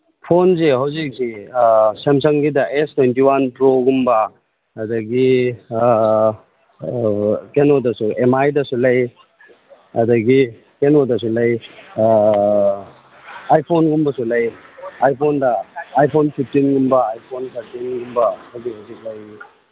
ꯐꯣꯟꯁꯤ ꯍꯧꯖꯤꯛꯁꯤ ꯁꯦꯝꯁꯪꯒꯤꯗ ꯑꯦꯁ ꯇ꯭ꯋꯦꯟꯇꯤ ꯋꯥꯟ ꯄ꯭ꯔꯣꯒꯨꯝꯕ ꯑꯗꯒꯤ ꯀꯩꯅꯣꯗꯁꯨ ꯑꯦꯝ ꯃꯥꯏꯗꯁꯨ ꯂꯩ ꯑꯗꯒꯤ ꯀꯩꯅꯣꯗꯁꯨ ꯂꯩ ꯑꯥꯏ ꯐꯣꯟꯒꯨꯝꯕꯁꯨ ꯂꯩ ꯑꯥꯏ ꯐꯣꯟꯗ ꯑꯥꯏ ꯐꯣꯟ ꯐꯤꯞꯇꯤꯟꯒꯨꯝꯕ ꯑꯥꯏ ꯐꯣꯟ ꯊꯥꯔꯇꯤꯟꯒꯨꯝꯕ ꯑꯗꯝꯕꯁꯨ ꯂꯩ